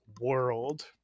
world